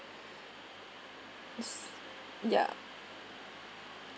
ya